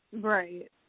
Right